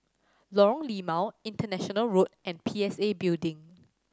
Lorong Limau International Road and P S A Building